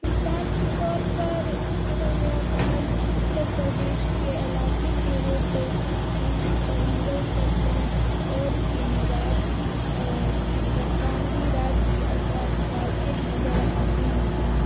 مثال کے طور پر اگر میرا تعلق اتر پردیش کے علاقے سے ہو تو یہاں پر مغل سلطنت اودھ کے نواب اور پھر برطانوی راج کے اثرات واضح نظر آتے ہیں